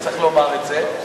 צריך לומר את זה,